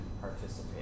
participate